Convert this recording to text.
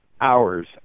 hours